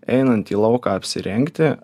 einant į lauką apsirengti